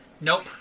Nope